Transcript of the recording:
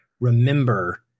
remember